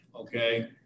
Okay